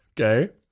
Okay